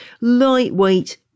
lightweight